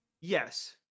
Yes